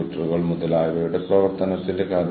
നിങ്ങൾ ഒരു നെറ്റ്വർക്കിന്റെ ഭാഗമാണെങ്കിൽ